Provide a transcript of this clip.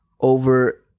over